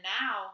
now